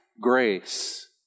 grace